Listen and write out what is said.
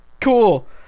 cool